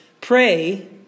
Pray